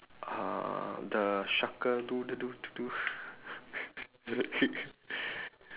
uh the sharker